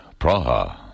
Praha